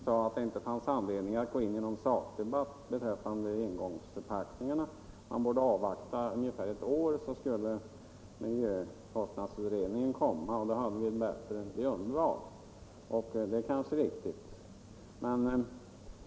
s försäljning av öl och läskedrycker redan sker i returglas.